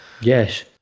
Yes